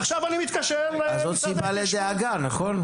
אז זו סיבה לדאגה, נכון?